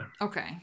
Okay